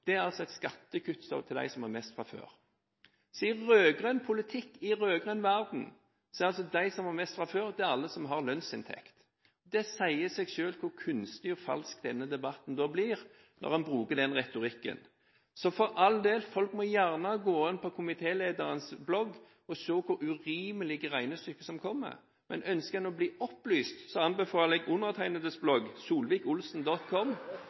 foreslår, er altså også et skattekutt til dem som har mest fra før. I en rød-grønn politikk i en rød-grønn verden er altså de som har mest fra før, alle som har lønnsinntekt. Det sier seg selv hvor kunstig og falsk denne debatten blir, når en bruker en slik retorikk. For all del, folk må gjerne gå inn på komitélederens blogg og se hvor urimelige regnestykker som kommer, er. Men ønsker en å bli opplyst, anbefaler jeg undertegnedes